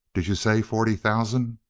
did you say forty thousand?